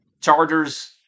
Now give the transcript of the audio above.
Chargers